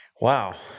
Wow